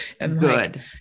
good